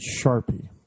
Sharpie